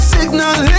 Signal